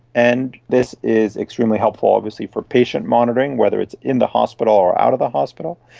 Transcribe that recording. and this is extremely helpful obviously for patient monitoring, whether it's in the hospital or out of the hospital.